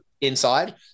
inside